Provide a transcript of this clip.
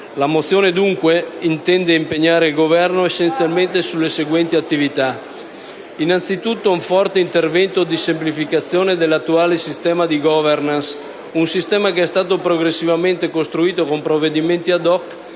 La mozione, dunque, intende impegnare il Governo essenzialmente sulle seguenti attività. Innanzi tutto, si chiede un forte intervento di semplificazione dell'attuale sistema di *governance*, un sistema che è stato progressivamente costruito con provvedimenti *ad hoc*